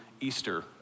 Easter